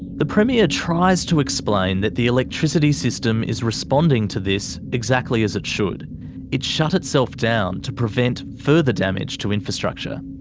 the premier tries to explain that the electricity system is responding to this exactly as it should it shut itself down to prevent further damage to infrastructure.